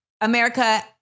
America